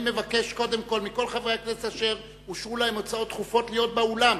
אני מבקש מכל חברי הכנסת אשר אושרו להם הצעות דחופות להיות באולם,